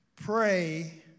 Pray